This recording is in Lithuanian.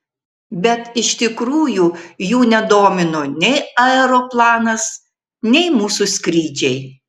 bet iš tikrųjų jų nedomino nei aeroplanas nei mūsų skrydžiai